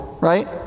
right